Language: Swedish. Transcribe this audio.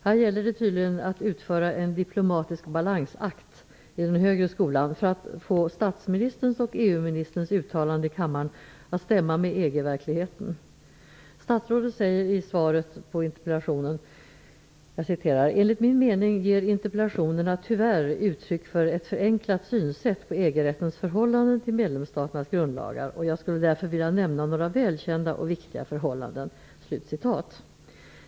Här gäller det tydligen att utföra en diplomatisk balansakt i den högre skolan för att få statsministerns och EU ministerns uttalanden i kammaren att stämma med Statsrådet säger i svaret på interpellationen: ''Enligt min mening ger interpellationerna tyvärr uttryck för ett förenklat synsätt på EG-rättens förhållande till medlemsstaternas grundlagar. Jag skulle därför vilja nämna några välkända och viktiga förhållanden.''